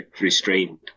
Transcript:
restrained